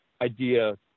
idea